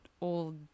old